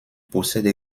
possède